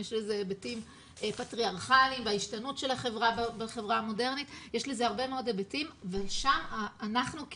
יש לזה היבטים פטריארכליים וההשתנות של החברה בחברה המודרנית ושם אנחנו,